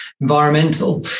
environmental